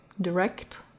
direct